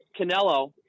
Canelo